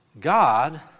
God